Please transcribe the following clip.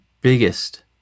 biggest